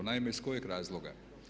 Naime, iz kojeg razloga?